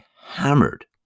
hammered